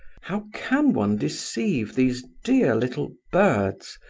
how can one deceive these dear little birds,